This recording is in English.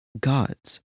gods